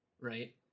right